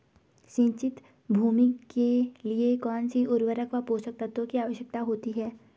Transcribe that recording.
सिंचित भूमि के लिए कौन सी उर्वरक व पोषक तत्वों की आवश्यकता होती है?